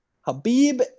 Habib